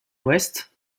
west